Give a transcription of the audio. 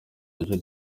duce